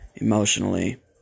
Emotionally